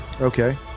Okay